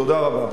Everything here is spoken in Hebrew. תודה רבה.